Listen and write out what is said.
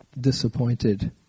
disappointed